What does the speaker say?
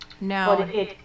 Now